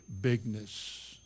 bigness